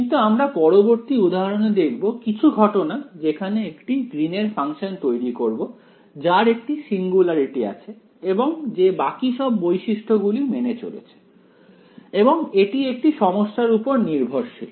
কিন্তু আমরা পরবর্তী উদাহরনে দেখব কিছু ঘটনা যেখানে একটি গ্রিন এর ফাংশন তৈরি করব যার একটি সিঙ্গুলারিটি আছে এবং যে বাকি সব বৈশিষ্ট্য গুলো মেনে চলছে এবং এটি একটি সমস্যার উপর নির্ভরশীল